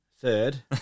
third